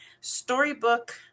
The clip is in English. storybook